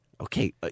Okay